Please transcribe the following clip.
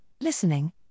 listening